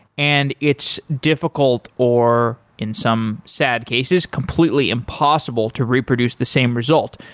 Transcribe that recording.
and it's difficult or in some sad cases, completely impossible to reproduce the same result,